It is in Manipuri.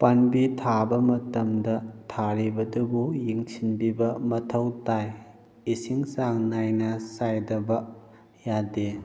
ꯄꯥꯝꯕꯤ ꯊꯥꯕ ꯃꯇꯝꯗ ꯊꯥꯔꯤꯕꯗꯨꯕꯨ ꯌꯦꯡꯁꯤꯟꯕꯤꯕ ꯃꯊꯧ ꯇꯥꯏ ꯏꯁꯤꯡ ꯆꯥꯡꯅꯥꯏꯅ ꯆꯥꯏꯗꯕ ꯌꯥꯗꯦ